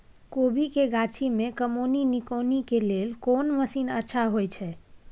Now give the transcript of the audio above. कोबी के गाछी में कमोनी निकौनी के लेल कोन मसीन अच्छा होय छै?